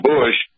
Bush